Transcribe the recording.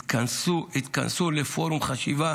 התכנסו לפורום חשיבה